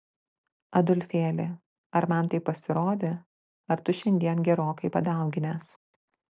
adolfėli ar man taip pasirodė ar tu šiandien gerokai padauginęs